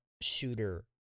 shooter